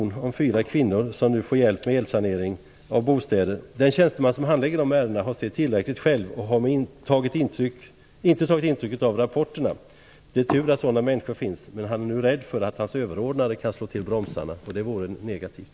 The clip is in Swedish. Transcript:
Det handlar om fyra kvinnor som nu får hjälp med elsanering av bostäder. Den tjänsteman som handlägger dessa ärenden har sett tillräckligt själv och inte tagit intryck av rapporterna. Det är tur att sådana människor finns, men nu är han rädd för att hans överordnade kan slå till bromsarna. Det vore negativt.